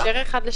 קאפ, --- 7:1.